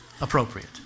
Appropriate